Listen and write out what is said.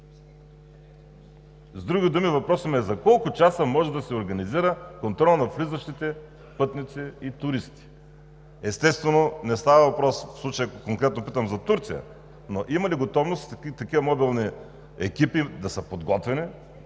С други думи, въпросът ми е: за колко часа може да се организира контрол над влизащите пътници и туристи? Естествено, не става въпрос – в случая конкретно питам за Турция, но има ли готовност такива модулни екипи да са подготвени,